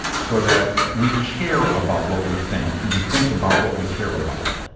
so that we care about what we think, and we think about what we care about.